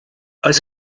oes